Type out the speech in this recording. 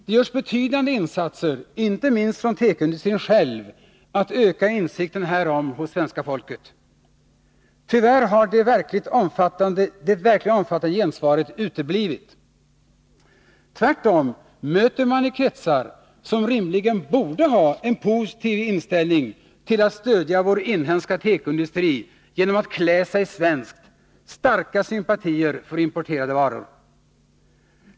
Det görs betydande insatser, inte minst från tekoindustrin själv, att öka insikten härom hos svenska folket. Tyvärr har det verkliga omfattande gensvaret uteblivit. Tvärtom möter man i kretsar, som rimligen borde ha en positiv inställning till att stödja vår inhemska tekoindustri genom att klä sig svenskt, starka sympatier för importerade tekovaror.